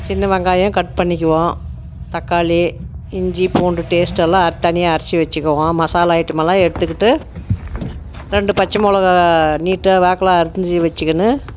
சின்னவெங்காயம் cut பண்ணிக்குவோம் தக்காளி இஞ்சி பூண்டு பேஸ்ட்யெல்லா தனியாக அரைச்சி வச்சிக்குவோம் மசாலா ஐட்டமெல்லாம் எடுத்துக்கிட்டு ரெண்டு பச்சை மிளகா நீட்டு வாக்கில் அரிஞ்சி வச்சிக்குணு